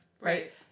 right